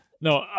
No